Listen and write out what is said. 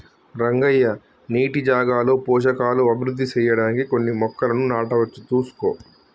రంగయ్య నీటి జాగాలో పోషకాలు అభివృద్ధి సెయ్యడానికి కొన్ని మొక్కలను నాటవచ్చు సూసుకో